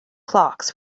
clocks